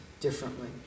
differently